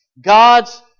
God's